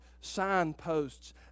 signposts